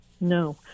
No